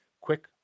quick